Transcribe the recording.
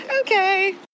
Okay